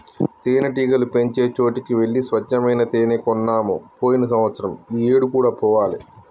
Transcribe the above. తేనెటీగలు పెంచే చోటికి వెళ్లి స్వచ్చమైన తేనే కొన్నాము పోయిన సంవత్సరం ఈ ఏడు కూడా పోవాలి